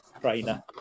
trainer